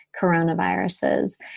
coronaviruses